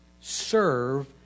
serve